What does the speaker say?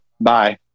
bye